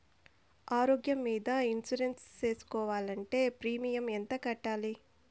ఆరోగ్యం మీద ఇన్సూరెన్సు సేసుకోవాలంటే ప్రీమియం ఎంత కట్టాలి?